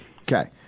Okay